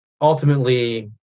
ultimately